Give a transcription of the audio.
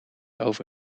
over